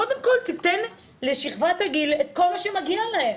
קודם כל תיתן לשכבת הגיל את כל מה שמגיע להם.